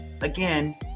Again